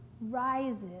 rises